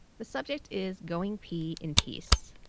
the subject is going pee in peace,